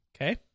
okay